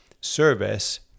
service